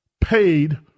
paid